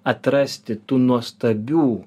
atrasti tų nuostabių